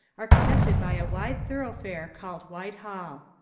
are connected by a wide thoroughfare called whitehall.